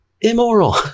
immoral